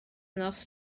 nos